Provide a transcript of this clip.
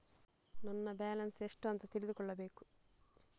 ನನ್ನ ಬ್ಯಾಲೆನ್ಸ್ ಎಷ್ಟು ಅಂತ ತಿಳಿದುಕೊಳ್ಳಬೇಕು?